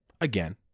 Again